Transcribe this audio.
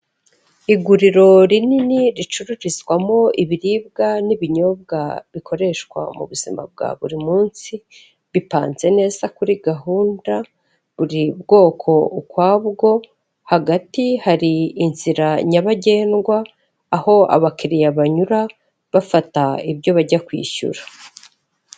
Iguriro rinini ricururizwamo ibiribwa n'ibinyobwa bikoreshwa mu buzima bwa buri munsi bipanze neza kuri gahunda buri bwoko ukwabwo hagati hari inzira nyabagendwa aho abakiriya banyura bafata ibyo bajya kwishyura.